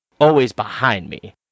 always-behind-me